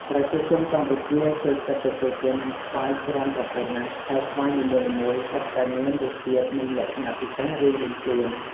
ប្រជាជនកម្ពុជាចូលចិត្តទទួលទានស្វាយច្រើនប្រភេទណាស់ ហើយស្វាយនីមួយៗសុទ្ធតែមានរសជាតិ និងលក្ខណៈពិសេសរៀងៗខ្លួន។